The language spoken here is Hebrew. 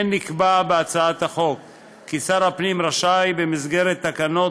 כן נקבע בהצעת החוק כי שר הפנים רשאי לקבוע במסגרת תקנות,